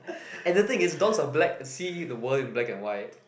and the thing is dogs are black see the world in black and white